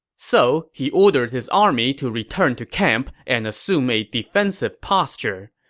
so he ordered his army to return to camp and assume a defensive posture.